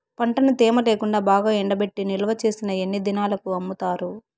పంటను తేమ లేకుండా బాగా ఎండబెట్టి నిల్వచేసిన ఎన్ని దినాలకు అమ్ముతారు?